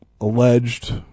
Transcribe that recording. alleged